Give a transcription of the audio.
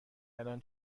الان